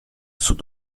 sud